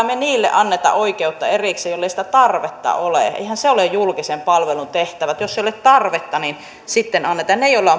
me niille anna oikeutta erikseen joilla ei sitä tarvetta ole eihän se ole julkisen palvelun tehtävä että jos ei ole tarvetta niin annetaan lapsilla ja perheillä joilla